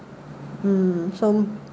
mm some